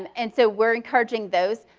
and and so we're encouraging those.